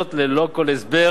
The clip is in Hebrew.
וזאת ללא כל הסבר